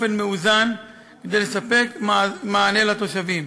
ובאופן מאוזן, כדי לספק מענה לתושבים.